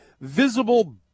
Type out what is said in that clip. visible